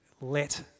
let